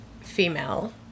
female